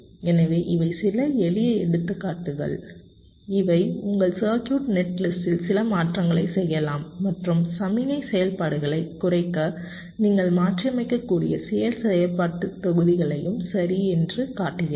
எனவே இவை சில எளிய எடுத்துக்காட்டுகள் அவை உங்கள் சர்க்யூட் நெட்லிஸ்டில் சில மாற்றங்களைச் செய்யலாம் மற்றும் சமிக்ஞை செயல்பாடுகளைக் குறைக்க நீங்கள் மாற்றியமைக்கக்கூடிய சில செயல்பாட்டுத் தொகுதிகளையும் சரி என்று காட்டுகிறது